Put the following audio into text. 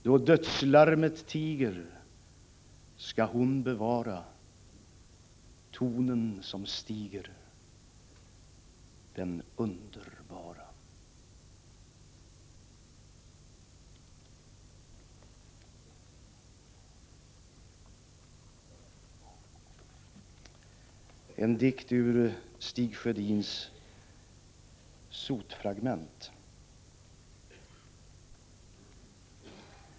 Då dödslarmet tiger skall hon bevara tonen som stiger, den underbara. Jag läser till sist ur Stig Sjödins diktsamling Sotfragment.